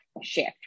shift